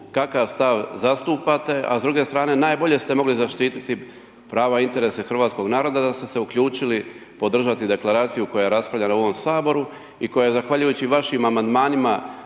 kakav stav zastupate, a s druge strane najbolje ste mogli zaštititi prava i interese hrvatskoga naroda da ste se uključili podržati Deklaraciju koja je raspravljana u ovom Saboru, i koja je zahvaljujući vašim amandmanima,